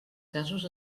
casos